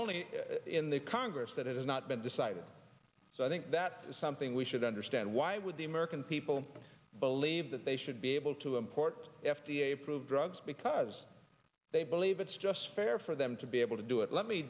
only in the congress that it has not been decided so i think that is something we should understand why would the american people believe that they should be able to import f d a approved drugs because they believe it's just fair for them to be able to do it let me